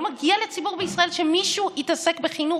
לא מגיע לציבור בישראל שמישהו יתעסק בחינוך?